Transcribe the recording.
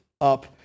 up